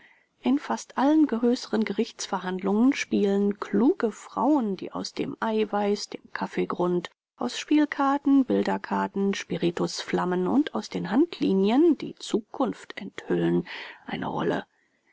in fast allen größeren gerichtsverhandlungen spielen kluge frauen die aus dem eiweiß dem kaffeegrund aus spielkarten bilderkarten spiritusflammen und aus den handlinien die zukunft enthüllen eine rolle